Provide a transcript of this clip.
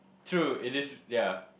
true it is ya